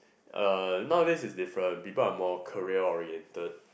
uh nowadays it's different people are more career oriented